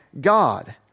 God